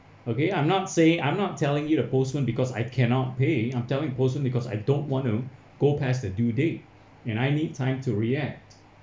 okay I'm not saying I'm not telling you to postpone because I cannot pay I'm telling postpone because I don't want to go past the due date and I need time to react